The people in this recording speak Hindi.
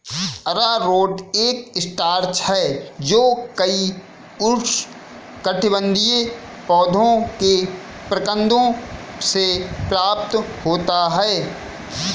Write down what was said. अरारोट एक स्टार्च है जो कई उष्णकटिबंधीय पौधों के प्रकंदों से प्राप्त होता है